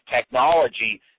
technology